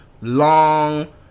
Long